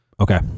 Okay